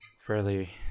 fairly